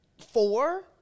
four